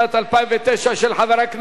של חבר הכנסת שלמה מולה,